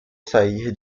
sair